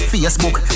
Facebook